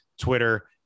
Twitter